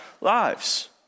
lives